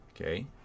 okay